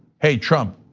hey, trump